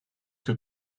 que